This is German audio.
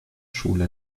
schule